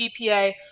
GPA